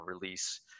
release